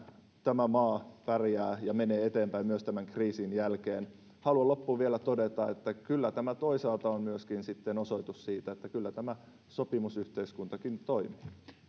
tämä maa pärjää ja menee eteenpäin myös tämän kriisin jälkeen haluan loppuun vielä todeta että kyllä tämä toisaalta on myöskin osoitus siitä että kyllä tämä sopimusyhteiskuntakin toimii